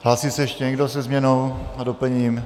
Hlásí se ještě někdo se změnou a doplněním?